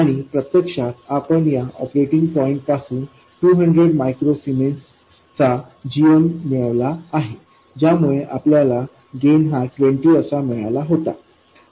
आणि प्रत्यक्षात आपण या ऑपरेटिंग पॉईंट पासून 200 मायक्रो सीमेन्सचा gm मिळवला आहे ज्यामुळे आपल्याला गेन हा 20 असा मिळाला होता